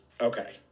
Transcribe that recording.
Okay